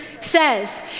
Says